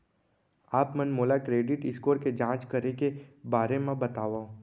आप मन मोला क्रेडिट स्कोर के जाँच करे के बारे म बतावव?